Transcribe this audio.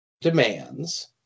demands